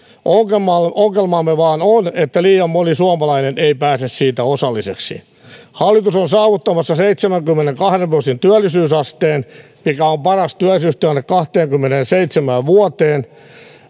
ongelmamme ongelmamme vain on että liian moni suomalainen ei pääse siitä osalliseksi hallitus on saavuttamassa seitsemänkymmenenkahden prosentin työllisyysasteen mikä on paras työllisyystilanne kahteenkymmeneenseitsemään vuoteen